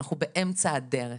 אנחנו באמצע הדרך